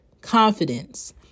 confidence